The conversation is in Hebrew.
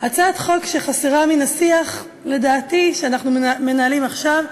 הצעת חוק שחסרה לדעתי מן השיח שאנחנו מנהלים עכשיו,